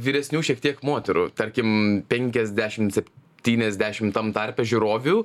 vyresnių šiek tiek moterų tarkim penkiasdešim septyniasdešim tam tarpe žiūrovių